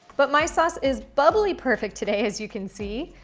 but my sauce is bubbly perfect today, as you can see.